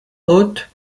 hautes